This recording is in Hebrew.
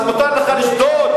אז מותר לך לשדוד?